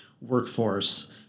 workforce